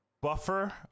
buffer